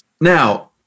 Now